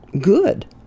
good